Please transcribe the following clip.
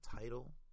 title